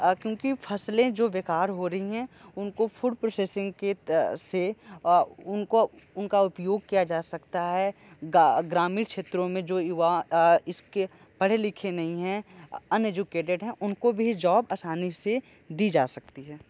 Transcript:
क्योंकि फसलें जो बेकार हो रही है उनको फूड प्रोसेसिंग के से उनको उनका उपयोग किया जा सकता है ग्रामीण क्षेत्रों में जो युवा इसके पढे लिखे नहीं हैं अन्य जो कैडेट है उनको भी जॉब आसानी से दी जा सकती है